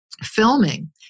filming